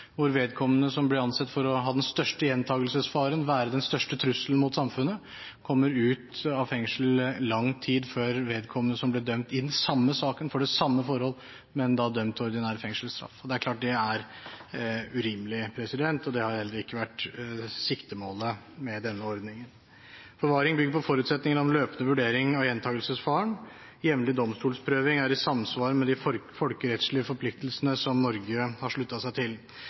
hvor vedkommende som blir ansett for å ha den største gjentagelsesfaren og for å være den største trusselen mot samfunnet, kommer ut av fengselet lang tid før vedkommende som ble dømt i den samme saken, for det samme forholdet, men som ble dømt til ordinær fengselsstraff. Det er klart at det er urimelig, og det har heller ikke vært siktemålet med denne ordningen. Forvaring bygger på forutsetningen om løpende vurdering av gjentagelsesfaren. Jevnlig domstolsprøving er i samsvar med de folkerettslige forpliktelsene som Norge har sluttet seg til.